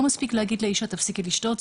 לא מספיק להגיד לאישה פשוט להפסיק לשתות,